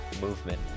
movement